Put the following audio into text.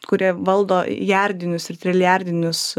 kurie valdo jardinius ir trilijardinius